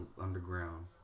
underground